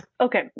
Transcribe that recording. Okay